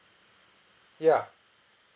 ya